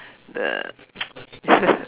the